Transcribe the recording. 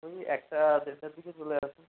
ওই একটা দেড়টার দিকে চলে আসুন